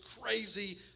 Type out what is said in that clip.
crazy